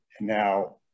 Now